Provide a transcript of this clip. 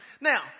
Now